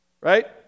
Right